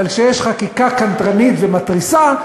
אבל כשיש חקיקה קנטרנית ומתריסה,